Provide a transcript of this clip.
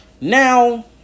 Now